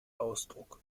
ausdruck